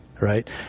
right